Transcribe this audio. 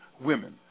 women